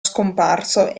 scomparso